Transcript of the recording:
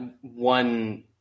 one